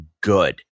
good